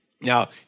Now